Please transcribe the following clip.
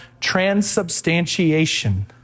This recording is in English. transubstantiation